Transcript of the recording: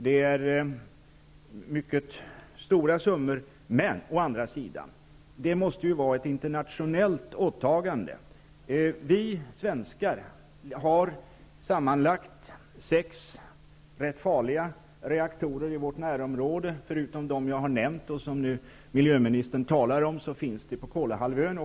Det rör sig alltså om stora summor, men det måste ju å andra sidan vara ett internationellt åtagande. Vi svenskar har sammanlagt sex rätt farliga reaktorer i vårt närområde. Förutom de som jag nämnde och som miljöministern talade om finns det reaktorer på Kolahalvön.